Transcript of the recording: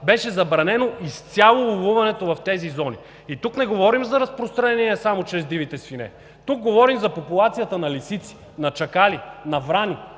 беше забранено изцяло ловуването в тези зони. И тук не говорим за разпространение само чрез дивите свине, тук говорим за популацията на лисици, на чакали, на врани.